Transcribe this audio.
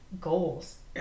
goals